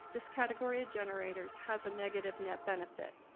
this category of generators has a negative net benefit.